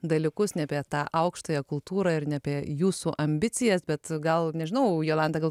dalykus ne apie tą aukštąją kultūrą ir ne apie jūsų ambicijas bet gal nežinau jolanta gal